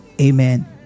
amen